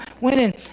winning